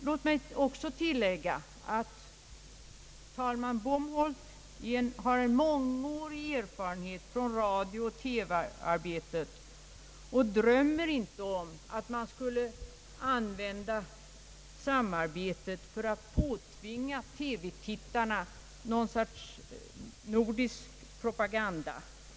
Låt mig även tillägga att talman Bomholt, som har mångårig erfarenhet från radiooch TV-arbete, inte drömmer om — liksom inte heller de andra ledamöterna i kulturutskottet — att man skall använda samarbetet till att påtvinga TV-tittarna någon sorts nordisk propaganda.